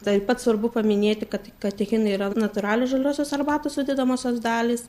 taip pat svarbu paminėti kad katechinai yra natūraliai žaliosios arbatos sudedamosios dalys